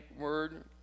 word